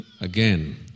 again